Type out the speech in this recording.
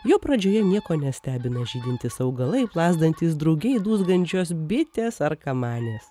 jo pradžioje nieko nestebino žydintys augalai plazdantys drugiai dūzgiančios bitės ar kamanės